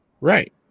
Right